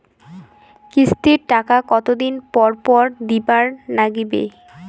কিস্তির টাকা কতোদিন পর পর দিবার নাগিবে?